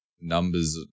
numbers